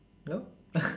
no